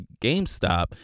GameStop